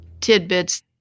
tidbits